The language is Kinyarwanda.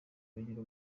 bigira